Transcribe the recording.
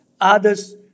others